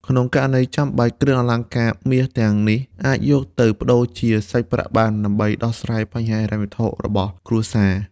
ក្នុងករណីចាំបាច់ គ្រឿងអលង្ការមាសទាំងនេះអាចយកទៅប្តូរជាសាច់ប្រាក់បាន ដើម្បីដោះស្រាយបញ្ហាហិរញ្ញវត្ថុរបស់គ្រួសារ។